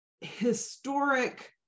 historic